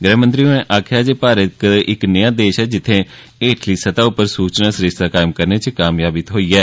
गृहमंत्री होरें आक्खेआ जे भारत इक नेया देश ऐ जित्थै हेठली स्तह उप्पर सूचना सरिस्ता कायम करने च कामयाबी थ्होई ऐ